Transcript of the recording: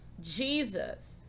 Jesus